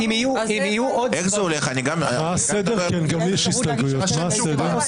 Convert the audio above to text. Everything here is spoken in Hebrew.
אם יהיו עוד סבבים תהיה אפשרות להגיש הסתייגויות נוספות.